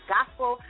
Gospel